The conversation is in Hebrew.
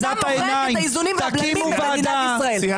ואתם לא מוכנים לעשות את זה.